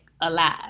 alive